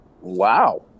Wow